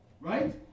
Right